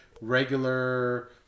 regular